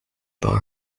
bar